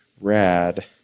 rad